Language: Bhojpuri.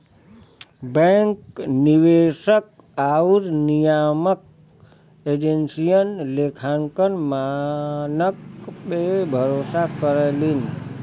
बैंक निवेशक आउर नियामक एजेंसियन लेखांकन मानक पे भरोसा करलीन